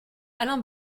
alain